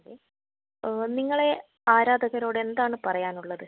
അതെ നിങ്ങളെ ആരാധകരോട് എന്താണ് പറയാനുള്ളത്